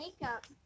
makeup